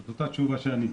זה אותה תשובה שעניתי.